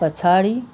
पछाडि